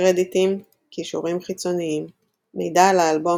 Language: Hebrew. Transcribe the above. קרדיטים קישורים חיצוניים מידע על האלבום